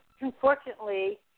unfortunately